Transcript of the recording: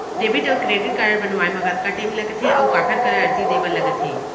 Debit अऊ credit card बनवाए मा कतका टेम लगथे, अऊ काखर करा अर्जी दे बर लगथे?